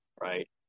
right